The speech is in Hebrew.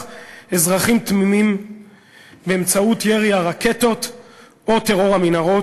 אזרחים תמימים באמצעות ירי הרקטות או טרור המנהרות,